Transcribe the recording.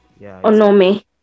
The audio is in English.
Onome